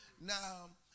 Now